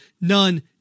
None